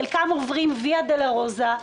חלקם עוברים ויה דולורוזה.